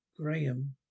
Graham